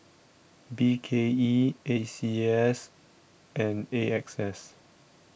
B K E A C S and A X S